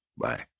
Bye